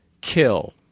kill